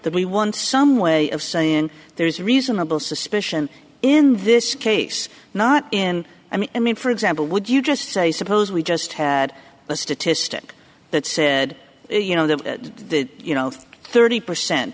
that we won some way of saying there's reasonable suspicion in this case not in i mean i mean for example would you just say suppose we just had a statistic that said you know that you know thirty percent